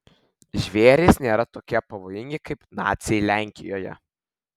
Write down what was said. žvėrys nėra tokie pavojingi kaip naciai lenkijoje